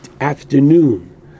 afternoon